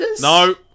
no